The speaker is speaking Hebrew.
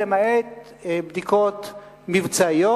למעט בדיקות מבצעיות,